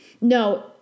no